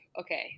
okay –